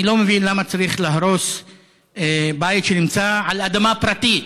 אני לא מבין למה צריך להרוס בית שנמצא על אדמה פרטית.